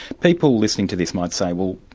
people listening to this might say, well,